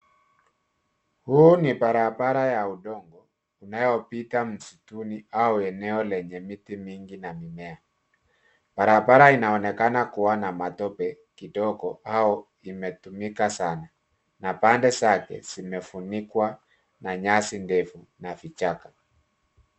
Huu ni barabara ya udongo inayopita msituni au eneo lenye miti mingi na mimea. Barabara inaonekana kuwa na matope kidogo au imetumika sana na pande zake zimefunikwa na nyasi ndevu na vichaka.